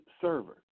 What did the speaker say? server